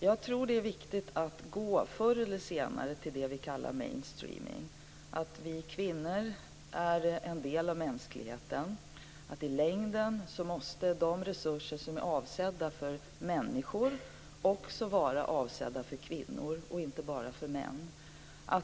Jag tror att det är viktigt att förr eller senare gå till det vi kallar mainstreaming, att vi kvinnor är en del av mänskligheten, att i längden måste de resurser som är avsedda för människor också vara avsedda för kvinnor och inte bara för män.